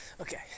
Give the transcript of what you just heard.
Okay